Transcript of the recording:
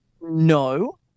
No